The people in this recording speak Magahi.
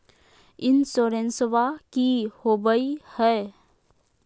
इंसोरेंसबा की होंबई हय?